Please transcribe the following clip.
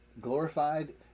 glorified